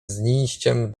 znijściem